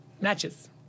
Matches